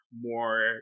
more